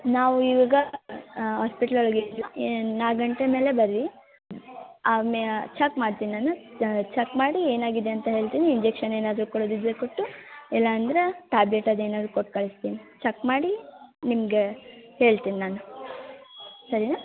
ನಾವು ಇವಾಗ ಹಾಸ್ಪಿಟಲ್ ಒಳಗೆ ನಾಲ್ಕು ಗಂಟೆ ಮೇಲೆ ಬರ್ರಿ ಆಮೇಲೆ ಚೆಕ್ ಮಾಡ್ತೀನಿ ನಾನು ಚೆಕ್ ಮಾಡಿ ಏನಾಗಿದೆ ಅಂತ ಹೇಳ್ತೀನಿ ಇಂಜೆಕ್ಷನ್ ಏನಾದರು ಕೊಡೋದಿದ್ದರೆ ಕೊಟ್ಟು ಇಲ್ಲಾಂದರೆ ಟ್ಯಾಬ್ಲೆಟ್ ಅದು ಏನಾದರು ಕೊಟ್ಟು ಕಳ್ಸ್ತೀನಿ ಚೆಕ್ ಮಾಡಿ ನಿಮಗೆ ಹೇಳ್ತೀನಿ ನಾನು ಸರಿನಾ